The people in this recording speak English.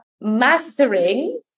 mastering